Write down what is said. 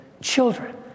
children